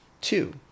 Two